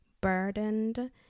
burdened